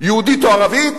יהודית או ערבית,